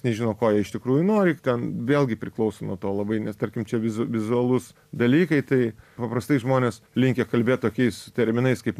nežino ko jie iš tikrųjų nori ten vėlgi priklauso nuo to labai nes tarkim čia vizu vizualūs dalykai tai paprastai žmonės linkę kalbėt tokiais terminais kaip